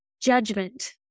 Judgment